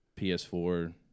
PS4